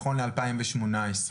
ב-2018.